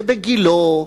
גילה,